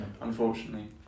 Unfortunately